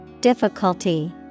Difficulty